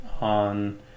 on